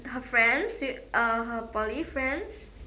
her friends uh her Poly friends